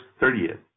30th